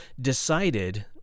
decided